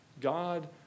God